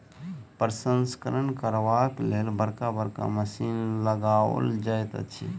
प्रसंस्करण करबाक लेल बड़का बड़का मशीन लगाओल जाइत छै